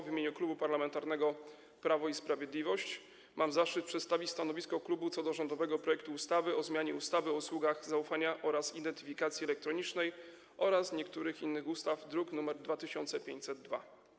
W imieniu Klubu Parlamentarnego Prawo i Sprawiedliwość mam zaszczyt przedstawić stanowisko klubu co do rządowego projektu ustawy o zmianie o usługach zaufania oraz identyfikacji elektronicznej oraz niektórych innych ustaw, druk nr 2502.